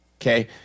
Okay